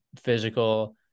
physical